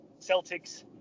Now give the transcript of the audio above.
Celtics